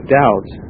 doubts